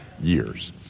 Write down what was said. years